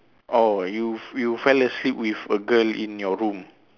oh you you fell asleep with a girl in your room